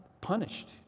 punished